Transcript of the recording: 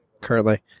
currently